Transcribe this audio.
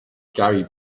gary